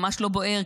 ממש לא בוער,